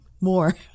more